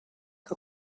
que